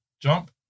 jump